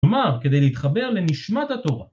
כלומר כדי להתחבר לנשמת התורה